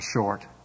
short